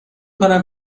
کنم